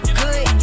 good